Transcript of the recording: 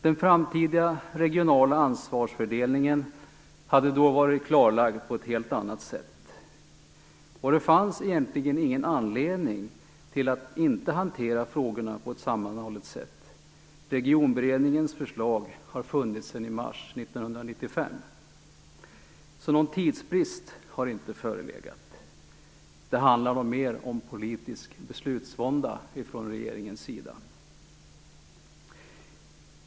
Den framtida regionala ansvarsfördelningen hade då varit klarlagd på ett helt annat sätt. Det fanns egentligen ingen anledning att inte hantera frågorna på ett sammanhållet sätt. Regionberedningens förslag har funnits sedan i mars 1995, så någon tidsbrist har inte förelegat. Det handlar nog mer om politisk beslutsvånda från regeringens sida.